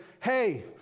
Hey